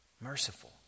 Merciful